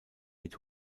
mit